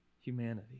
humanity